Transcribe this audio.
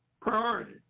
priority